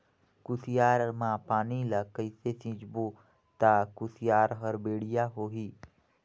कुसियार मा पानी ला कइसे सिंचबो ता कुसियार हर बेडिया होही?